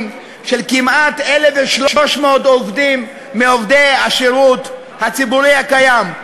של כמעט 1,300 עובדים מעובדי השירות הציבורי הקיים.